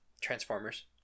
Transformers